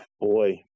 Boy